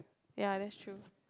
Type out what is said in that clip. ya that's true